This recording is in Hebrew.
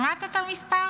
שמעת את המספר?